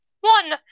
One